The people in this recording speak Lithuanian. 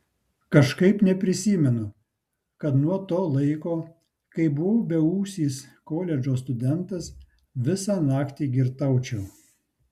kažkaip neprisimenu kad nuo to laiko kai buvau beūsis koledžo studentas visą naktį girtaučiau